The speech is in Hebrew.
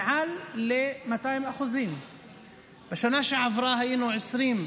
מעל 200%. בשנה שעברה היינו 27 אנשים,